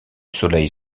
soleil